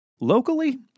Locally